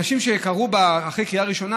אחרי שהחוק עבר בקריאה ראשונה,